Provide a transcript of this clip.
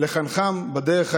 לחנכם בדרך הישר.